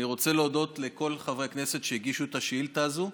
אני רוצה להודות לכל חברי הכנסת שהגישו את השאילתה הזאת.